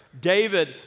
David